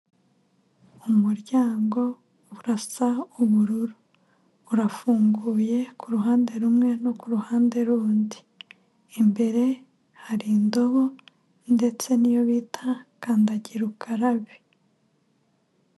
Umuryango urasa ubururu, urafunguye, kuruhande rumwe, no kuruhande rundi, imbere hari indobo, ndetse ni yo bita kandagira ukarabe.